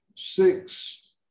six